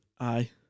Aye